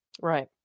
Right